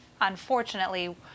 unfortunately